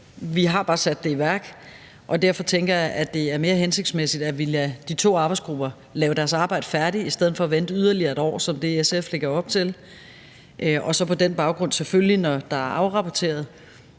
Vi har bare sat det i værk, og derfor tænker jeg, at det er mere hensigtsmæssigt, at vi lader de to arbejdsgrupper lave deres arbejde færdigt i stedet for at vente yderligere et år, som er det, SF lægger op til, og så på den baggrund selvfølgelig, når der er afrapporteret,